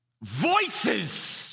voices